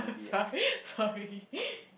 so~ sorry